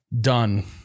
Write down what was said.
Done